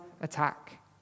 attack